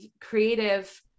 creative